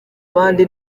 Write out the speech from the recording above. abandi